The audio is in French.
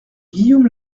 guillaume